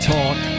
Talk